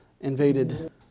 invaded